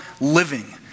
living